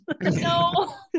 No